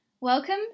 Welcome